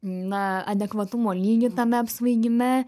na adekvatumo lygį tame apsvaigime